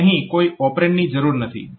તો અહીં કોઈ ઓપરેન્ડની જરૂર નથી